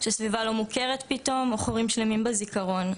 שסביבה לא מוכרת פתאום או חורים שלמים בזיכרון,